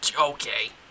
Okay